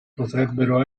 potrebbero